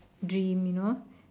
dream you know